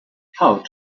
how